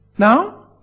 Now